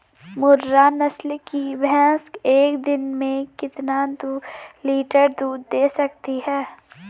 मुर्रा नस्ल की भैंस एक दिन में कितना लीटर दूध दें सकती है?